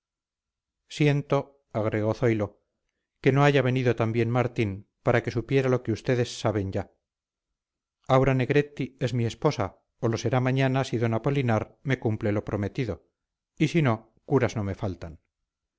siento agregó zoilo que no haya venido también martín para que supiera lo que ustedes saben ya aura negretti es mi esposa o lo será mañana si d apolinar me cumple lo prometido y si no curas no me faltan